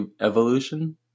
evolution